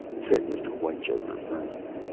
said mr. whitechoker, firmly.